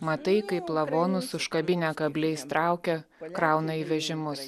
matai kaip lavonus užkabinę kabliais traukia krauna į vežimus